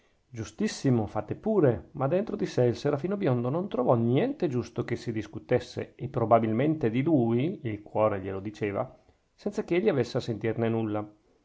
giustissimo fate pure ma dentro di sè il serafino biondo non trovò niente giusto che si discutesse e probabilmente di lui il cuore glielo diceva senza che egli avesse a sentirne nulla